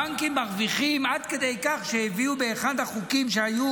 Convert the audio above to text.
הבנקים מרוויחים עד כדי כך שבאחד החוקים שהיו